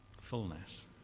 Fullness